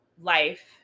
life